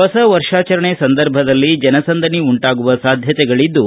ಹೊಸ ವರ್ಷಾಚರಣೆ ಸಂದರ್ಭದಲ್ಲಿ ಜನಸಂದಣಿ ಉಂಟಾಗುವ ಸಾಧ್ಯತೆಗಳಿದ್ದು